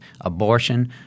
abortion